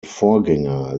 vorgänger